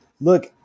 Look